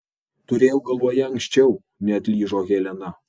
turėjau galvoje anksčiau neatlyžo helena